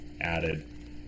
added